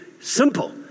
Simple